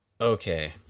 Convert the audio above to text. Okay